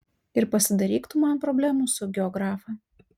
ir pasidaryk tu man problemų su geografa